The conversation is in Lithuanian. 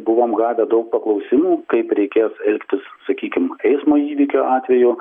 buvom gavę daug paklausimų kaip reikės elgtis sakykim eismo įvykio atveju